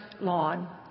lawn